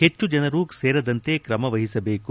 ಹೆಚ್ಚು ಜನರು ಸೇರದಂತೆ ಕ್ರಮವಹಿಸಬೇಕು